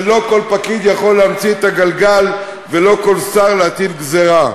שלא כל פקיד יכול להמציא את הגלגל ולא כל שר יכול להטיל גזירה.